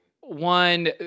One